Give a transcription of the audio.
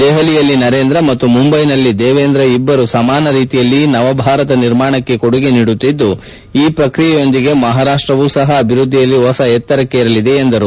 ದೆಹಲಿಯಲ್ಲಿ ನರೇಂದ್ರ ಮತ್ತು ಮುಂಬೈನಲ್ಲಿ ದೇವೇಂದ್ರ ಇಬ್ಬರೂ ಸಮಾನ ರೀತಿಯಲ್ಲಿ ನವಭಾರತ ನಿರ್ಮಾಣಕ್ಕೆ ಕೊಡುಗೆ ನೀಡುತ್ತಿದ್ದು ಆ ಪ್ರಕ್ರಿಯೆಯೊಂದಿಗೆ ಮಹಾರಾಷ್ಟವೂ ಸಹ ಅಭಿವೃದ್ದಿಯಲ್ಲಿ ಹೊಸ ಎತ್ತರಕ್ಕೆ ೕರಲಿದೆ ಎಂದರು